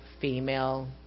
female